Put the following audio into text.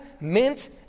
mint